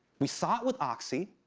we saw it with oxy,